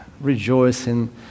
rejoicing